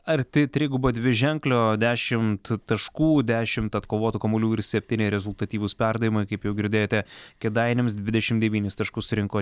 arti trigubo dviženklio dešimt taškų dešimt atkovotų kamuolių ir septyni rezultatyvūs perdavimai kaip jau girdėjote kėdainiams dvidešimt devynis taškus surinko